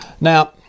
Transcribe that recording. Now